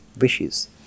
wishes